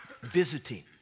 Visiting